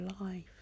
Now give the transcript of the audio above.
life